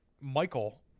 Michael